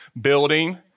building